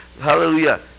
Hallelujah